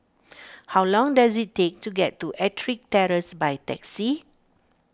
how long does it take to get to Ettrick Terrace by taxi